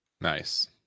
Nice